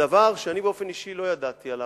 בדבר שאני באופן אישי לא ידעתי עליו,